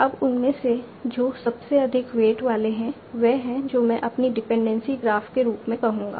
अब उनमें से जो सबसे अधिक वेट वाले हैं और वह है जो मैं अपनी डिपेंडेंसी ग्राफ के रूप में कहूंगा